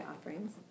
offerings